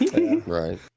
Right